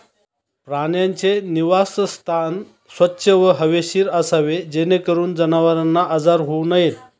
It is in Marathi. प्राण्यांचे निवासस्थान स्वच्छ व हवेशीर असावे जेणेकरून जनावरांना आजार होऊ नयेत